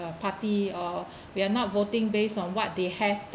the party or we are not voting based on what they have